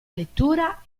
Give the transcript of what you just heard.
lettura